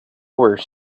were